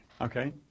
okay